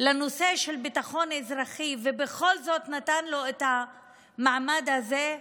לנושא של ביטחון אזרחי ובכל זאת נתן לו את המעמד הזה,